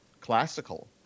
classical